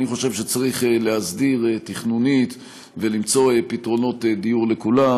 אני חושב שצריך להסדיר תכנונית ולמצוא פתרונות דיור לכולם,